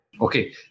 Okay